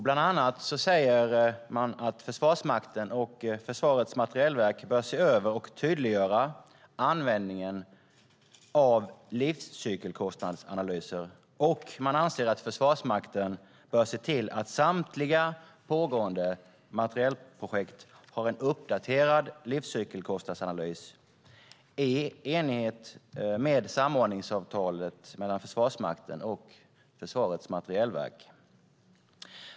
Bland annat säger man att Försvarsmakten och Försvarets materielverk bör se över och tydliggöra användningen av livscykelkostnadsanalyser. Man anser också att Försvarsmakten bör se till att samtliga pågående materielprojekt har en uppdaterad livscykelkostnadsanalys i enlighet med samordningsavtalet mellan Försvarsmakten och Försvarets materielverk.